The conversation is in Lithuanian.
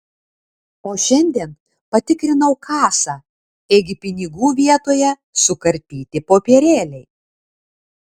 o šiandien patikrinau kasą ėgi pinigų vietoje sukarpyti popierėliai